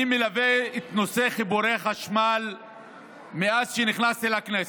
אני מלווה את נושא חיבורי החשמל מאז שנכנסתי לכנסת,